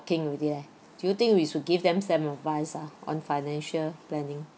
already eh do you think we should give them some advice ah on financial planning